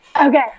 okay